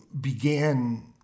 began